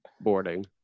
boarding